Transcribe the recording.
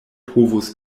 povus